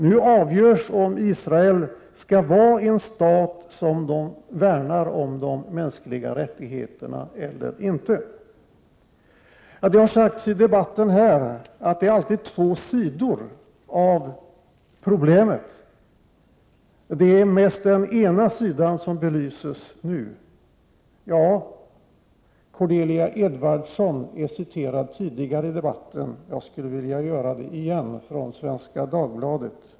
Nu avgörs om Israel skall vara en stat som värnar om de mänskliga rättigheterna eller inte. Det har sagts i debatten att det alltid finns två sidor av problemet. Det är mest den ena sidan som belyses nu. Cordelia Edvardson har citerats tidigare i debatten, jag skulle vilja göra det igen. Citatet är hämtat ifrån Svenska Dagbladet.